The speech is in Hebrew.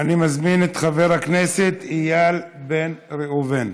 אני מזמין את חבר הכנסת איל בן ראובן,